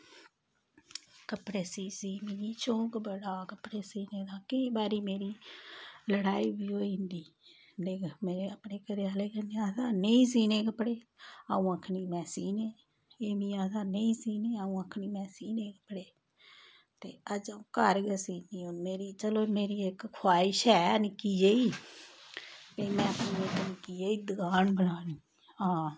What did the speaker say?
कपड़े सीऽ सीऽ मिगी शौंक बड़ा कपड़े सीह्ने दा केईं बारी मेरी लड़ाई बी होई जंदी मेरे अपने घरे आह्ले कन्नै आखदा नेईं सीह्ने कपड़े अ'ऊं आखनी में सीह्ने फ्ही मिगी आखदा नेईं सीह्ने अ'ऊं आखनी में सीह्ने कपड़े ते अज्ज अ'ऊं घर गै सीह्नी चलो मेरी इक खोआइश ऐ नि'क्की जेही भाई अपनी में इक नि'क्की जेही दकान बनानी आं